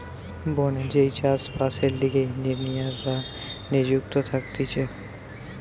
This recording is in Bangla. বনে যেই চাষ বাসের লিগে ইঞ্জিনীররা নিযুক্ত থাকতিছে